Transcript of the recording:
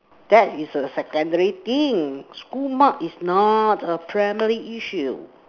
that is a secondary thing school mark is not a primary issue